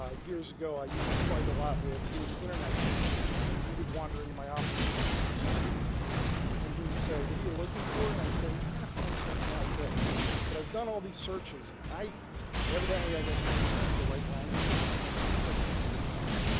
years ago, i used to fight a lot with doing internet searches and he would wander into my office when he was a student here and he would say, what are you looking for? and i'd say, i'm trying to find something like this but i've done all these searches and i i evidently i guess don't speak the right language because i never knew quite what to look for.